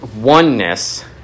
Oneness